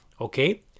okay